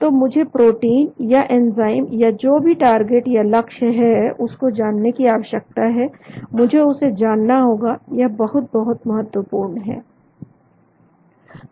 तो मुझे प्रोटीन या एंजाइम या जो भी टारगेट या लक्ष्य है उसको जानने की आवश्यकता है मुझे उसे जानना होगा वह बहुत बहुत महत्वपूर्ण है